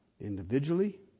individually